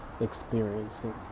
experiencing